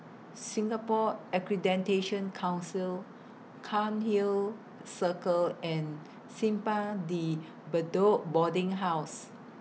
Singapore Accreditation Council Cairnhill Circle and Simpang De Bedok Boarding House